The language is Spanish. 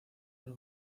del